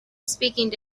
speaking